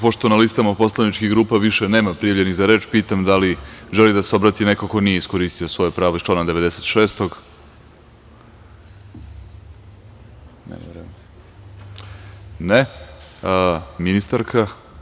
Pošto na listama poslaničkih grupa više nema prijavljenih za reč, pitam da li želi da se obrati neko ko nije iskoristio svoje pravo iz člana 96? (Ne) Reč ima ministarka.